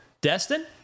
Destin